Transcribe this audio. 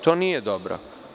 To nije dobro.